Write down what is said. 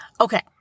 Okay